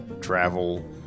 travel